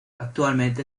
actualmente